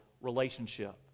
relationship